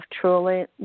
truly